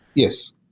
yes.